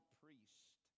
priest